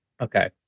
okay